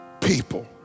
people